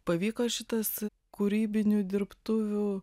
pavyko šitas kūrybinių dirbtuvių